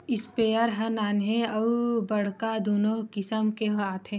sprayer ह नान्हे अउ बड़का दुनो किसम के आथे